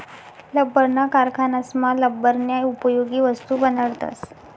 लब्बरना कारखानासमा लब्बरन्या उपयोगी वस्तू बनाडतस